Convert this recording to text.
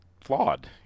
flawed